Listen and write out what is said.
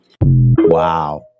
Wow